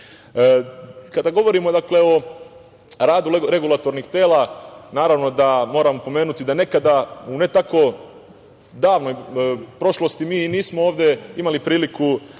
dakle, o radu regulatornih tela naravno da moramo pomenuti da nekada u ne tako davnoj prošlosti mi nismo ovde imali priliku da